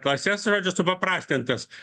klases žodžiu supaprastintas